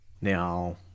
Now